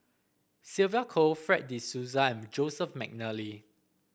Sylvia Kho Fred De Souza and Joseph McNally